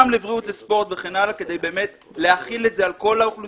"גם" לבריאות וספורט וכן הלאה כדי להחיל את זה על כל האוכלוסייה